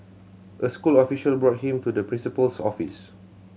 a school official brought him to the principal's office